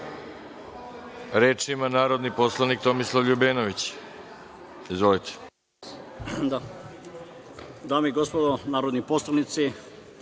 Reč ima narodni poslanik Tomislav LJubenović. **Tomislav